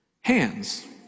hands